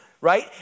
right